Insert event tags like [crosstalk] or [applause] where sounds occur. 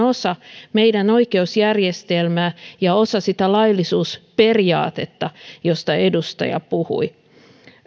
[unintelligible] osa meidän oikeusjärjestelmäämme ja osa sitä laillisuusperiaatetta josta edustaja puhui